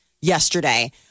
yesterday